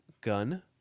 gun